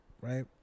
right